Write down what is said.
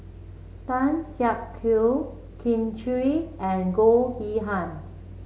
Tan Siak Kew Kin Chui and Goh Yihan